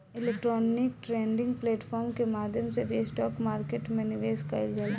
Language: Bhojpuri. इलेक्ट्रॉनिक ट्रेडिंग प्लेटफॉर्म के माध्यम से भी स्टॉक मार्केट में निवेश कईल जाला